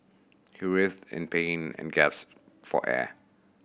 he writhed in pain and for air